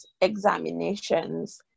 examinations